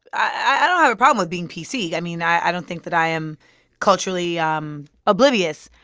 i don't have a problem with being pc. i mean, i don't think that i am culturally um oblivious.